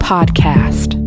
Podcast